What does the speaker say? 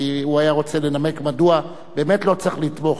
כי הוא היה רוצה לנמק מדוע באמת לא צריך לתמוך.